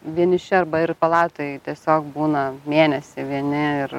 vieniši arba ir palatoj tiesiog būna mėnesį vieni ir